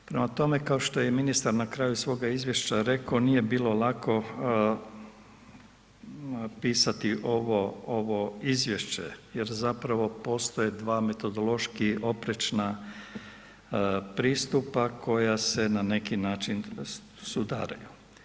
Prema tome, kao što je ministar na kraju svog izvješća rekao, nije bilo lako pisati ovo izvješće jer zapravo postoje dva metodološki oprečna pristupa koja se na neki način sudare.